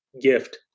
gift